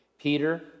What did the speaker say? Peter